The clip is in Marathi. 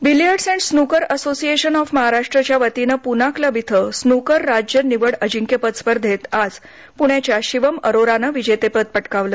billiards and snooker association of महाराष्ट्रच्यावतीनं पुना क्लब इथं स्नकर राज्य निवड अजिंक्यपद स्पर्धेत आज प्ण्याच्या शिवम अरोरानं विजेतेपद पटकावलं